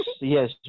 yes